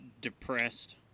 depressed